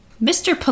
mr